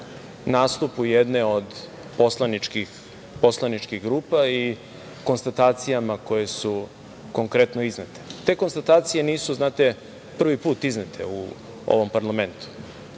nastupu jedne od poslaničkih grupa i konstatacijama koje su konkretno iznete. Te konstatacije nisu prvi put iznete u ovom parlamentu. Parlament